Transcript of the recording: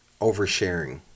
oversharing